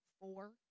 four